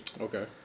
Okay